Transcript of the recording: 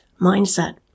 mindset